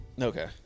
Okay